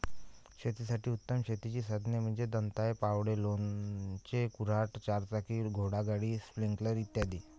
शेतासाठी उत्तम शेतीची साधने म्हणजे दंताळे, फावडे, लोणचे, कुऱ्हाड, चारचाकी घोडागाडी, स्प्रिंकलर इ